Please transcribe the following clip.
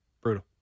Brutal